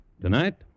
Tonight